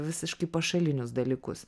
visiškai pašalinius dalykus